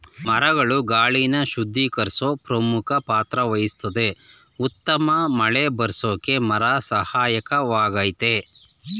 ಮರಗಳು ಗಾಳಿನ ಶುದ್ಧೀಕರ್ಸೋ ಪ್ರಮುಖ ಪಾತ್ರವಹಿಸ್ತದೆ ಉತ್ತಮ ಮಳೆಬರ್ರ್ಸೋಕೆ ಮರ ಸಹಾಯಕವಾಗಯ್ತೆ